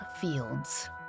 fields